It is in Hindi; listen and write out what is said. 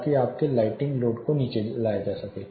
ताकि आपके लाइटिंग लोड को नीचे लाया जा सके